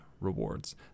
rewards